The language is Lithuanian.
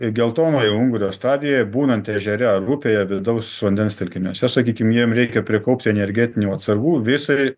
geltonojo ungurio stadijoje būnant ežere ar upėje vidaus vandens telkiniuose sakykim jiem reikia prikaupti energetinių atsargų visai